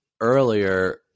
earlier